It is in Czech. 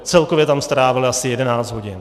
Celkově tam strávily asi 11 hodin.